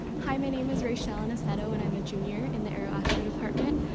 hi, my name is raichelle anasetto, and i'm a junior in the aeroastro department.